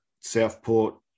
Southport